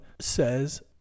says